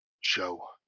show